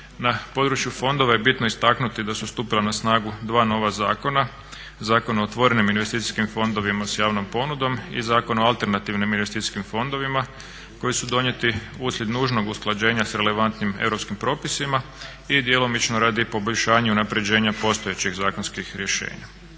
Na području fondova je bitno istaknuti da su stupila na snagu dva nova zakona, Zakon o otvorenim investicijskim fondovima s javnom ponudom i Zakon o alternativnim investicijskim fondovima koji su donijeti uslijed nužnog usklađenja s relevantnim europskim propisima i djelomično radi poboljšanja unaprjeđenja postojećih zakonskih rješenja.